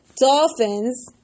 Dolphins